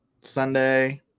Sunday